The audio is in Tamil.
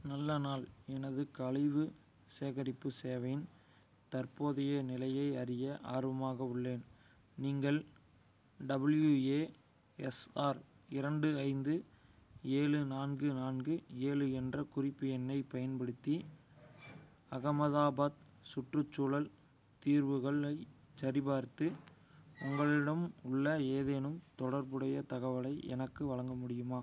நல்ல நாள் எனது கழிவு சேகரிப்பு சேவையின் தற்போதைய நிலையை அறிய ஆர்வமாக உள்ளேன் நீங்கள் டபிள்யூஏஎஸ்ஆர் இரண்டு ஐந்து ஏழு நான்கு நான்கு ஏழு என்ற குறிப்பு எண்ணைப் பயன்படுத்தி அகமதாபாத் சுற்றுச்சூழல் தீர்வுகளைச் சரிபார்த்து உங்களிடம் உள்ள ஏதேனும் தொடர்புடைய தகவலை எனக்கு வழங்க முடியுமா